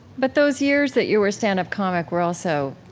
but those years that you were a stand-up comic were also